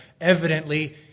Evidently